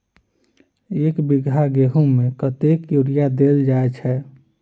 एक बीघा गेंहूँ मे कतेक यूरिया देल जाय छै?